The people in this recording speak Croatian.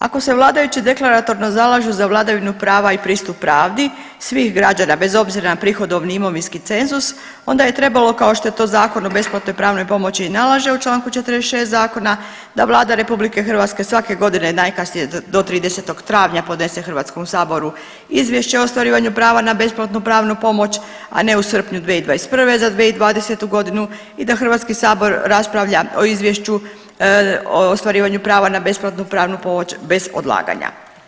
Ako se vladajući deklaratorno zalažu za vladavinu prava i pristup pravdi svih građana bez obzira na prihodovni i imovinski cenzus onda je trebalo kao što Zakon o besplatnoj pravnoj pomoći i nalaže u Članku 46. zakona da Vlada RH svake godine najkasnije do 30. travnja podnese Hrvatskom saboru izvješće o ostvarivanju prava na besplatnu pravnu pomoć, a ne u srpnju 2021. za 2020. godinu i da Hrvatski sabor raspravlja o izvješću o ostvarivanju prava na besplatnu pravnu pomoć bez odlaganja.